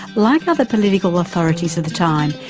like other political authorities of the time,